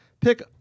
pick